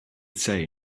say